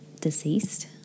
deceased